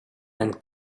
and